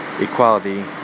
equality